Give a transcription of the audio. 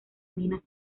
minas